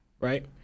Right